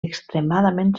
extremadament